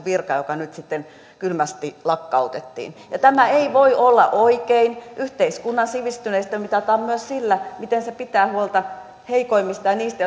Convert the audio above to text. virka joka nyt sitten kylmästi lakkautettiin tämä ei voi olla oikein yhteiskunnan sivistyneisyys mitataan myös sillä miten se pitää huolta heikoimmista ja niistä